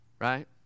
right